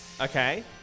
Okay